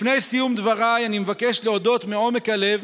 לפני סיום דבריי, אני מבקש להודות מעומק הלב